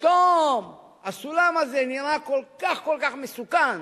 פתאום הסולם הזה נראה כל כך כל כך מסוכן,